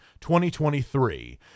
2023